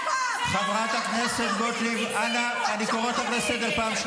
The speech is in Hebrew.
חברת הכנסת גוטליב, אני אצטרך להוציא אותך.